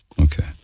Okay